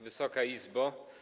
Wysoka Izbo!